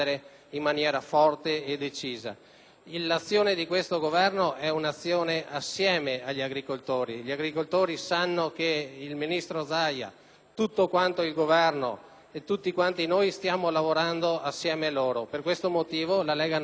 L'azione di questo Governo è un'azione che procede assieme agli agricoltori. I nostri agricoltori sanno che il ministro Zaia, tutto il Governo e tutti noi stiamo lavorando insieme a loro. Per questo motivo, la Lega Nord esprime un voto favorevole